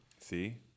See